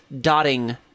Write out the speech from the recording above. dotting